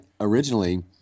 originally